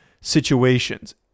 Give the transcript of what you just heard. situations